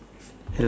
hello